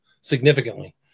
significantly